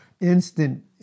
Instant